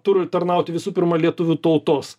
turi tarnauti visų pirma lietuvių tautos